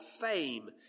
Fame